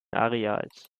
areals